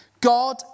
God